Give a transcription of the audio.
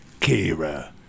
Kira